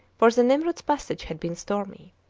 for the nimrod's passage had been stormy.